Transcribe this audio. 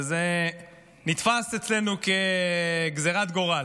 וזה נתפס אצלנו כגזרת גורל.